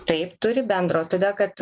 taip turi bendro todėl kad